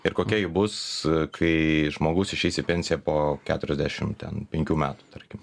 ir kokia ji bus kai žmogus išeis į pensiją po keturiasdešimt ten penkių metų tarkim